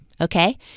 okay